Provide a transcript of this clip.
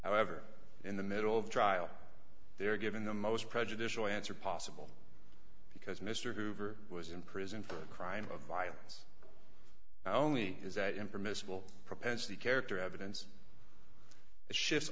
however in the middle of trial they were given the most prejudicial answer possible because mr hoover was in prison for a crime of violence i only is that in permissible propensity character evidence shifts